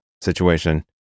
situation